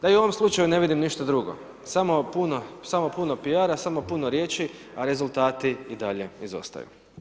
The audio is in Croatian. Da u ovom slučaju ne vidim ništa drugo, samo puno PR-a, samo puno riječi, a rezultati i dalje izostaju.